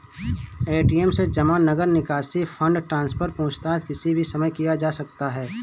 ATM से जमा, नकद निकासी, फण्ड ट्रान्सफर, पूछताछ किसी भी समय किया जा सकता है